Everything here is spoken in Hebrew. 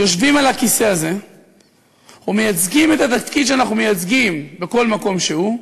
יושבים על הכיסא הזה ומייצגים את התפקיד שאנחנו מייצגים בכל מקום שהוא,